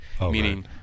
meaning